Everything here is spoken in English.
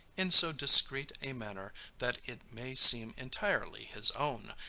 in so discreet a manner, that it may seem entirely his own,